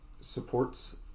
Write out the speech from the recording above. supports